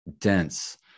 dense